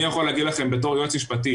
אני יכול להגיד לכם בתור יועץ משפטי